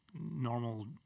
normal